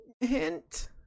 Hint